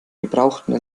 gebrauchten